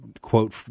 quote